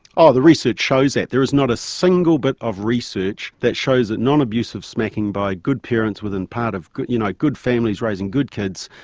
oh, the research shows that. there is not a single bit but of research that shows that non-abusive smacking by good parents within part of good you know good families raising good kids,